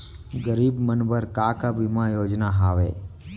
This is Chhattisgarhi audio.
गरीब मन बर का का बीमा योजना हावे?